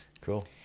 Cool